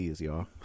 y'all